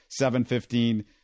715